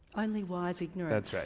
only wise ignorance. that's right.